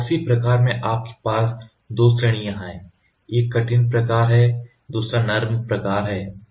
epoxy प्रकार में आपके पास 2 श्रेणियां हैं एक कठिन प्रकार है दूसरा एक नरम प्रकार है